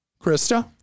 Krista